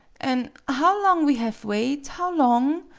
an' how long we have wait! how long!